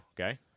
Okay